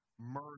murder